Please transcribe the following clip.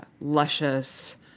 luscious